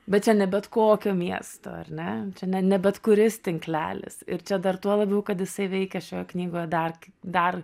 bet čia ne bet kokio miesto ar ne čia ne ne bet kuris tinklelis ir čia dar tuo labiau kad jisai veikia šioje knygoje dar k dar